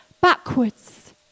backwards